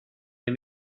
les